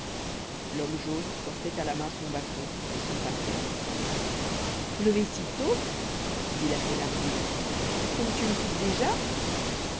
l'homme jaune portait à la main son bâton et son paquet levé si tôt dit la thénardier est-ce que monsieur nous quitte déjà